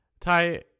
ty